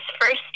first